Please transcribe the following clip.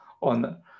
on